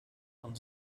von